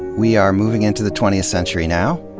we are moving into the twentieth century now,